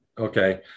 Okay